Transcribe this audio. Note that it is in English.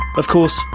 of course,